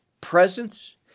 presence